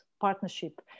partnership